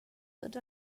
tots